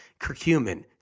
Curcumin